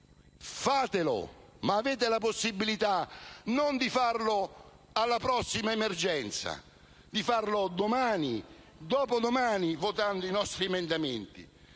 Fatelo, ma avete la possibilità di farlo, non alla prossima emergenza, ma di farlo domani o dopodomani votando i nostri emendamenti.